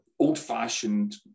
old-fashioned